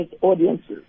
audiences